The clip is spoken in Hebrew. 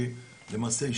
כי למעשה,